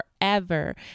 forever